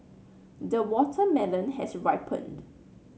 the watermelon has ripened